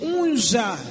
unja